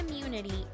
community